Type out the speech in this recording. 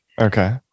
Okay